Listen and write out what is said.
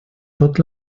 tot